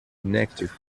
inactive